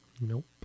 Nope